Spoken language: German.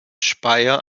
speyer